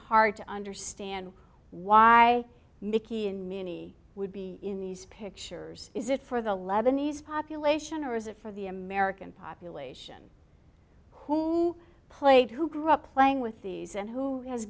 hard to understand why mickey and minnie would be in these pictures is it for the lebanese population or is it for the american population who played who grew up playing with these and who has